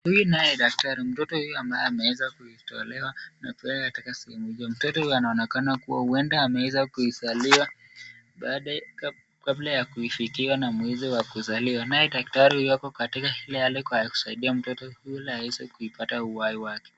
Huyu naye ni daktari mtoto huyu ambaye ameweza kutolewa na kuwekwa katika sehemu hiyo mtoto huyu anaonekana kuwa huenda ameweza kuizaliwa baada kabla na kuifikia na mwezi wa kuzaliwa naye daktari ako katika hali ya kumsaidia mtoto yule aweze kupata uhai wake.